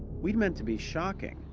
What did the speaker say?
we'd meant to be shocking,